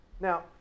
Now